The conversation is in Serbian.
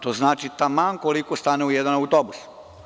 To znači taman koliko stane u jedan autobus.